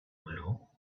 little